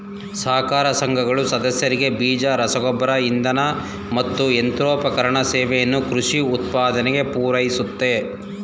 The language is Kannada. ಸಹಕಾರ ಸಂಘಗಳು ಸದಸ್ಯರಿಗೆ ಬೀಜ ರಸಗೊಬ್ಬರ ಇಂಧನ ಮತ್ತು ಯಂತ್ರೋಪಕರಣ ಸೇವೆಯನ್ನು ಕೃಷಿ ಉತ್ಪಾದನೆಗೆ ಪೂರೈಸುತ್ತೆ